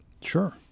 Sure